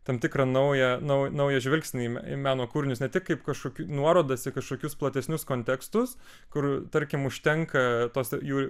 tam tikrą naują nau naują žvilgsnį į meno kūrinius ne tik kaip kažkokį nuorodas į kažkokius platesnius kontekstus kur tarkim užtenka tos jų